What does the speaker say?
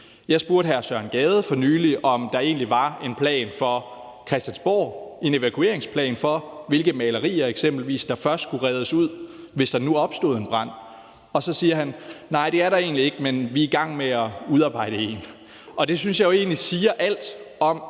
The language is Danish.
Jeg spurgte hr. Søren Gade for nylig, om der egentlig var en plan for Christiansborg, en evakueringsplan for, hvilke malerier eksempelvis der først skulle reddes ud, hvis der nu opstod en brand, og så siger han: Nej, det er der egentlig ikke, men vi er i gang med at udarbejde en. Det synes jeg jo egentlig siger alt om,